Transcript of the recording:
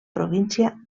província